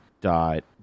dot